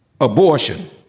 abortion